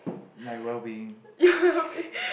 my well being